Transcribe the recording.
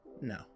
No